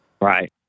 Right